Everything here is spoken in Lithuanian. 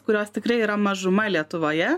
kurios tikrai yra mažuma lietuvoje